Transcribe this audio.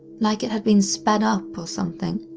like it had been sped up or something.